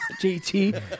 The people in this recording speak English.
JT